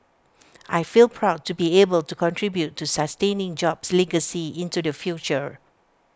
I feel proud to be able to contribute to sustaining jobs' legacy into the future